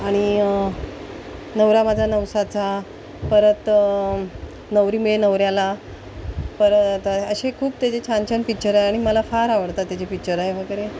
आणि नवरा माझा नवसाचा परत नवरी मिळे नवऱ्याला परत असे खूप त्याचे छान छान पिच्चर आहे आणि मला फार आवडतात त्याचे पिच्चर आहे वगैरे